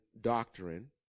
doctrine